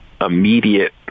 immediate